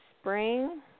Spring